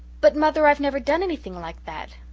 but, mother i've never done anything like that.